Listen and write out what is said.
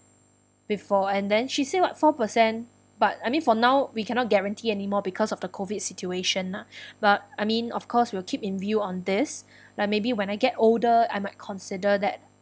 before and then she say [what] four percent but I mean for now we cannot guarantee anymore because of the COVID situation lah but I mean of course will keep in view on this like maybe when I get older I might consider that